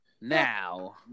now